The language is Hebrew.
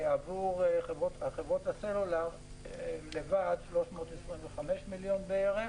עבור חברות הסלולר בלבד, הוקצו 325 מיליון בערך,